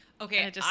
okay